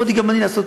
יכולתי גם אני להיות,